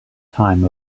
time